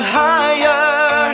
higher